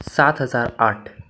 सात हजार आठ